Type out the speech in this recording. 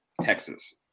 Texas